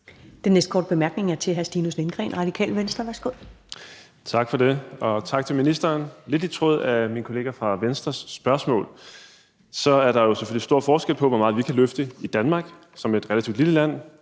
Den næste korte bemærkning er til hr. Stinus Lindgreen, Radikale Venstre. Værsgo. Kl. 13:29 Stinus Lindgreen (RV): Tak for det. Og tak til ministeren. Lidt i tråd med min kollega fra Venstres spørgsmål er der jo selvfølgelig stor forskel på, hvor meget vi kan løfte i Danmark som et relativt lille land